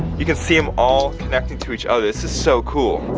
you can see them all connecting to each other, this is so cool.